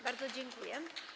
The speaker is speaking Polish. Bardzo dziękuję.